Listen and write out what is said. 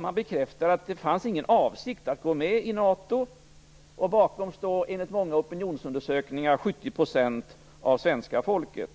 Man bekräftade att det fanns ingen avsikt att gå med i NATO. Bakom detta står, enligt många opinionsundersökningar, 70 % av svenska folket.